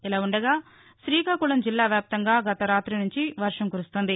ఇలా ఉండగా శ్రీకాకుళం జిల్లా వ్యాప్తంగా గత రాతి నుంచి వర్షం కురుస్తోంది